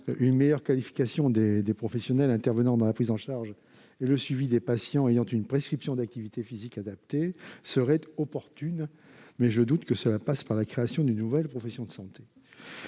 Une meilleure qualification des professionnels intervenant dans la prise en charge et le suivi des patients dans le cadre d'une prescription d'activité physique adaptée serait opportune, mais je doute que cela passe par la création d'une nouvelle profession de santé.